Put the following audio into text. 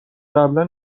قبلا